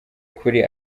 kuri